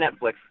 Netflix